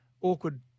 awkward